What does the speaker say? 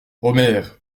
omer